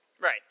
Right